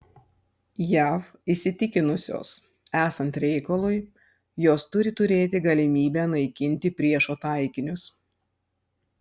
jav įsitikinusios esant reikalui jos turi turėti galimybę naikinti priešo taikinius